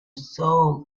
soul